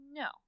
no